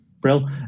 Brill